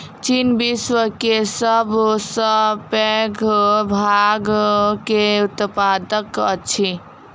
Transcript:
चीन विश्व के सब सॅ पैघ भांग के उत्पादक अछि